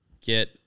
get